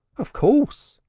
of course.